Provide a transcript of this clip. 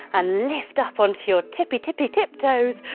and lift up onto your tippy tippy tip toes.